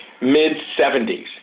mid-70s